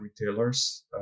retailers